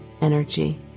energy